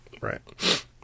Right